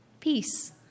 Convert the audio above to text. peace